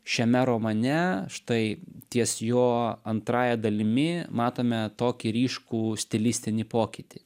šiame romane štai ties jo antrąja dalimi matome tokį ryškų stilistinį pokytį